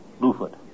Bluefoot